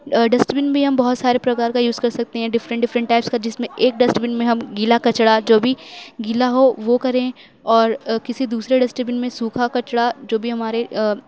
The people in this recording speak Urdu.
ڈسٹبن بھی ہم بہت سارے پرکار کا یوز کرسکتے ہیں ڈفرنٹ ڈفرنٹ ٹائپس کا جس میں ایک ڈسٹبن میں ہم گیلا کچڑا جو بھی گیلا ہو وہ کریں اور کسی دوسرے ڈسٹبن میں سوکھا کچڑا جو بھی ہمارے